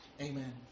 Amen